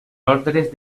ordres